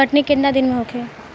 कटनी केतना दिन में होखे?